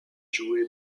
joué